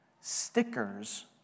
Stickers